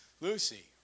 Lucy